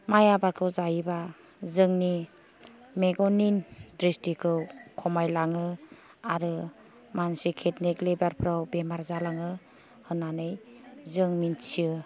माय आबादखौ जायोब्ला जोंनि मेगननि द्रिस्थिखौ खमाय लाङो आरो मानसि किदनि लिभारफ्राव बेमार जालाङो होन्नानै जों मिथियो